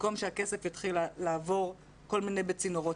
במקום שהכסף יתחיל לעבור בכל מיני צינורות?